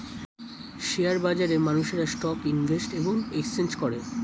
share বাজারে মানুষেরা stock invest এবং এক্সচেঞ্জ করে